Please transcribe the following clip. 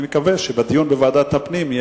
אני מקווה שבדיון בוועדת הפנים והגנת הסביבה